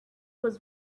was